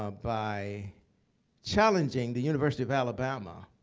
ah by challenging the university of alabama,